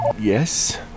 Yes